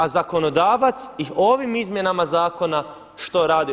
A zakonodavac ih ovim izmjenama zakona što radi?